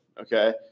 okay